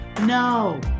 No